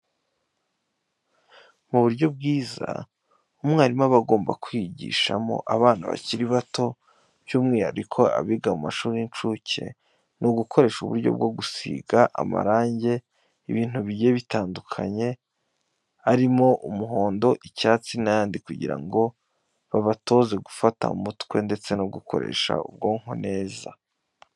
Mu buryo bwiza umwarimu aba agomba kwigishamo abana bakiri bato by'umwihariko abiga mu mashuri y'incuke, ni ugukoresha uburyo bwo gusiga amarangi ibintu bigiye bitandukanye, arimo umuhondo, icyatsi n'ayandi kugira ngo babatoze gufata mu mutwe ndetse no gukoresha ubwonko neza.